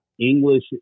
English